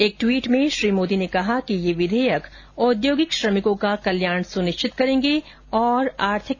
एक ट्वीट में श्री मोदी ने कहा कि ये विधेयक औद्योगिक श्रमिकों का कल्याण सुनिश्चित करेंगे और आर्थि